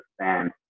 understand